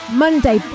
Monday